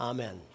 Amen